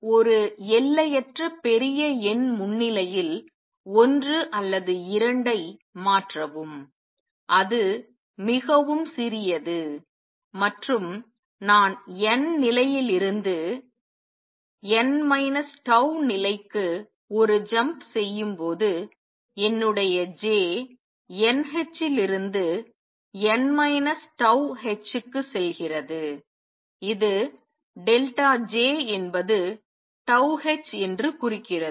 ஒரு எல்லையற்ற பெரிய எண் முன்னிலையில் ஒன்று அல்லது இரண்டை மாற்றவும் அது மிகவும் சிறியது மற்றும் நான் n நிலை இருந்து n τ நிலைக்கு ஒரு ஜம்ப் செய்யும் போது என்னுடைய J n h லிருந்து n τh க்கு செல்கிறது இது J என்பது h என்று குறிக்கிறது